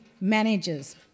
managers